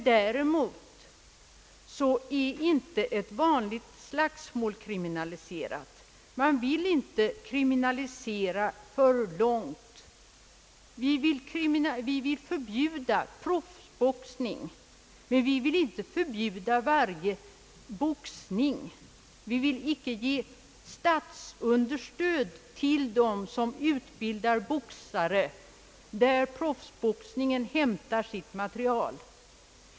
Däremot är inte ett vanligt slagsmål kriminaliserat. Man vill inte kriminalisera alltför långt. Vi vill förbjuda proffsboxning, men vi vill inte förbjuda varje form av boxning. Vi vill icke ge statsunderstöd till amatörboxningen från vilken proffsboxningen hämtar sitt material.